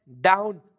down